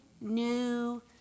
new